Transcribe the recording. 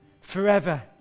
forever